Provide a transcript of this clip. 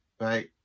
right